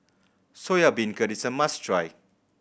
Soya Beancurd is a must try